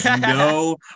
no